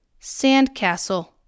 Sandcastle